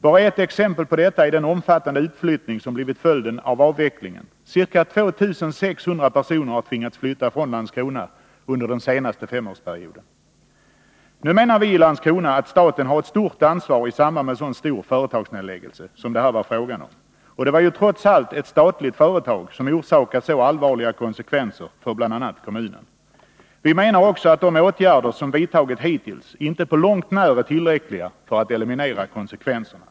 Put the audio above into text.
Bara ett exempel på detta är den omfattande utflyttning som blivit följden av avvecklingen. Ca 2 600 personer har tvingats flytta från Landskrona under den senaste femårsperioden. Nu menar vi i Landskrona att staten har ett stort ansvar i samband med en så stor företagsnedläggelse som det här var frågan om. Det var trots allt ett statligt företag som orsakade dessa allvarliga konsekvenser för bl.a. kommunen. Vi menar också att de åtgärder som vidtagits hittills inte på långt när är tillräckliga för att eliminera konsekvenserna.